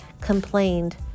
complained